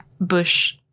bush